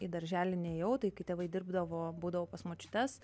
į darželį nėjau tai kai tėvai dirbdavo būdavau pas močiutes